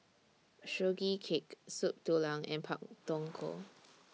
Sugee Cake Soup Tulang and Pak Thong Ko